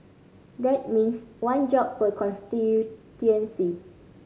that means one job per constituency